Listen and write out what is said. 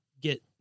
get